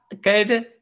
good